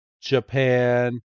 Japan